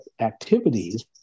activities